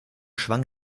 schwang